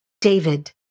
David